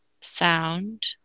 sound